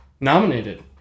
nominated